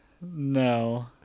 No